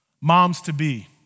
moms-to-be